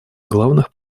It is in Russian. главных